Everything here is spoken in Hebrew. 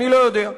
אני לא יודע,